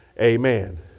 Amen